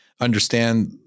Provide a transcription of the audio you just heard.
understand